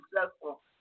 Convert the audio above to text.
successful